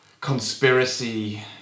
conspiracy